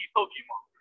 Pokemon